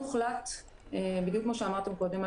הוחלט בדיוק כפי שאמרתם קודם,